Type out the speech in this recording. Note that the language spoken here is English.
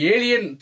Alien